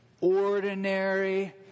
ordinary